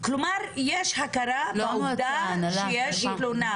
כלומר יש הכרה בעובדה שיש תלונה.